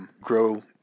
grow